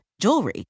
jewelry